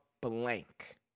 blank